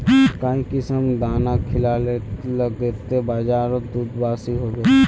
काई किसम दाना खिलाले लगते बजारोत दूध बासी होवे?